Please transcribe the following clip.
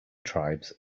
tribes